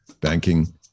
banking